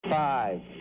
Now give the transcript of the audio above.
Five